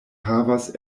havas